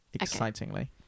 excitingly